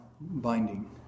binding